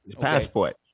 passport